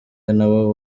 nabo